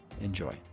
Enjoy